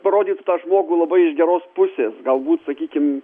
parodyt tą žmogų labai iš geros pusės galbūt sakykim